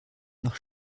noch